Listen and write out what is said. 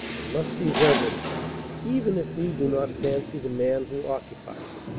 and must be reverenced even if we do not fancy the man who occupies it.